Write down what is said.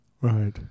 right